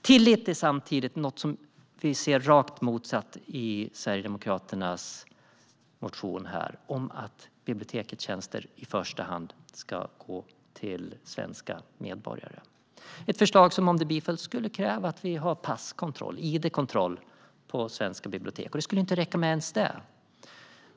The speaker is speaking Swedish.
Tillit är samtidigt det som vi ser raka motsatsen till i Sverigedemokraternas motion om att bibliotekets tjänster i första hand ska riktas till svenska medborgare. Det är ett förslag som om det bifölls skulle kräva att vi har passkontroll och id-kontroll på svenska bibliotek. Och det skulle inte ens räcka med det.